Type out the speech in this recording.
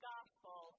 Gospel